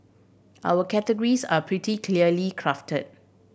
our categories are pretty clearly crafted